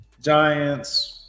Giants